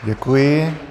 Děkuji.